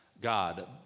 god